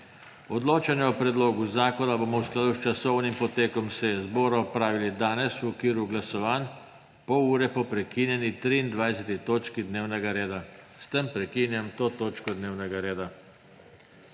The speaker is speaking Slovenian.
Odločanje o predlogu zakona bomo v skladu s časovnim potekom seje zbora opravili danes v okviru glasovanj, pol ure po prekinjeni 23. točki dnevnega reda. S tem prekinjam to točko dnevnega reda.